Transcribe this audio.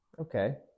Okay